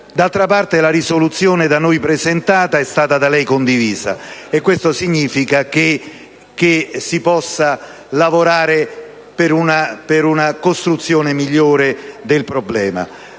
D'altra parte, la risoluzione da noi presentata è stata da lei condivisa. Ciò significa che si può lavorare per una soluzione migliore del problema.